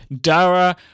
Dara